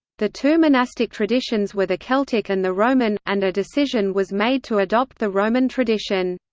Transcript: the two monastic traditions were the celtic and the roman, and a decision was made to adopt the roman tradition.